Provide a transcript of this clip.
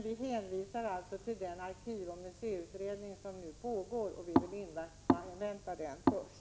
Vi hänvisar till den arkivoch museiutredning som nu pågår och vill först invänta dess resultat.